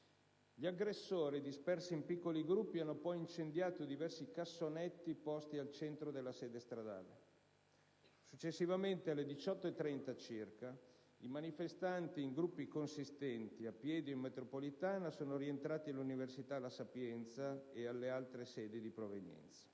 Gli aggressori, dispersi in piccoli gruppi, hanno poi incendiato diversi cassonetti posti al centro della sede stradale. Successivamente, alle ore 18,30 circa, i manifestanti, in gruppi consistenti, a piedi o in metropolitana, sono rientrati all'Università «La Sapienza» ed alle altre sedi di provenienza.